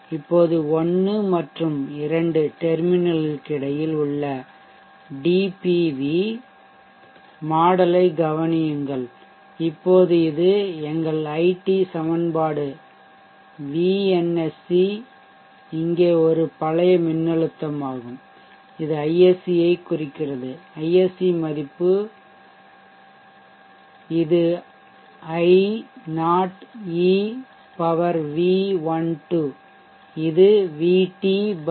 இப்போது 1 மற்றும் 2 டெர்மினல்களுக்கு இடையில் உள்ள டிபிவி மாடலைக் கவனியுங்கள் இப்போது இது எங்கள் ஐடி சமன்பாடு விஎன்எஸ்சி இங்கே ஒரு பழைய மின்னழுத்தமாகும் இது ஐஎஸ்சியைக் குறிக்கிறது ஐஎஸ்சி மதிப்பு 7 இது I0 Ev12 இது Vt 0